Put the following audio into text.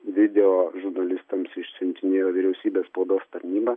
video žurnalistams išsiuntinėjo vyriausybės spaudos tarnyba